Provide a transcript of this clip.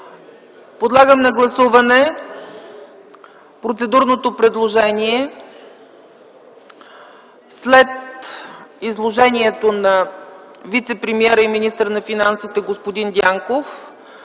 Подлагам на гласуване процедурното предложение след изложението на вицепремиера и министър на финансите господин Дянков